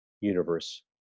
universe